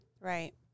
right